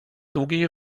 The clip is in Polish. długiej